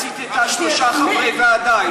השרה ציטטה שלושה חברי ועדה,